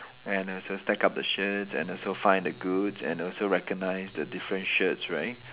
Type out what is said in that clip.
and have to stack up the shirts and also find the goods and also recognise the different shirts right